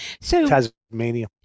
Tasmania